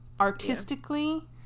artistically